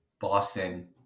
Boston